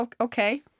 Okay